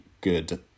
good